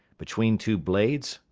between two blades,